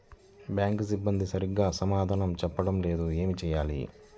Bank సిబ్బంది సరిగ్గా సమాధానం చెప్పటం లేదు ఏం చెయ్యాలి?